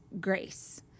grace